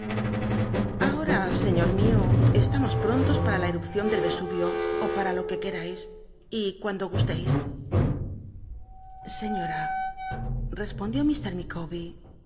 guan les mio estamos prontos para la erupcion del yesubio ó para lo que querais y cuando gusteis señora respondió